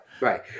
right